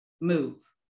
move